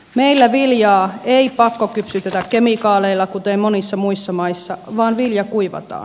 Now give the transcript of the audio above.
meillä viljaa ei pakkokypsytetä kemikaaleilla kuten monissa muissa maissa vaan vilja kuivataan